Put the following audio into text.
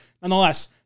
nonetheless